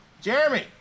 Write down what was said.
Jeremy